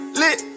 lit